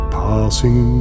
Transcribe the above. passing